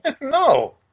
No